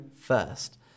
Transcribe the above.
first